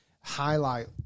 highlight